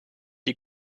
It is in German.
die